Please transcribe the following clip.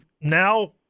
now